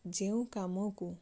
ଯେଉଁ କାମକୁ